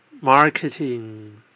marketing